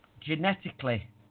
genetically